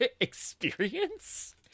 experience